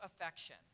affection